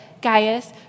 Gaius